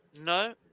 No